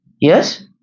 Yes